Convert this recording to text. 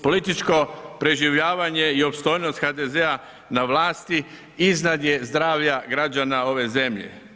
Političko preživljavanje i opstojnost HDZ-a na vlasti iznad je zdravlja građana ove zemlje.